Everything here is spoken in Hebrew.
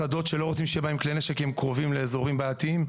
שדות שלא רוצים שיהיה בהם כלי נשק כי הם קרובים לאזורים בעייתיים,